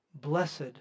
Blessed